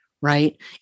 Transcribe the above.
Right